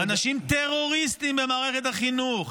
אנשים טרוריסטים במערכת החינוך,